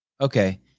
okay